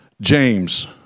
James